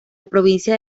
provincia